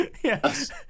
Yes